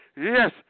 yes